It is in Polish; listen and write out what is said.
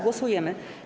Głosujemy.